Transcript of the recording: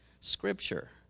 scripture